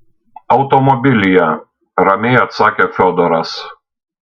automobilyje ramiai atsakė fiodoras